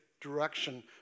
direction